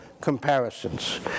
comparisons